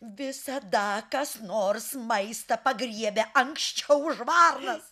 visada kas nors maistą pagriebia anksčiau už varnas